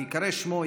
בהיקרא שמו,